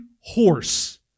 horse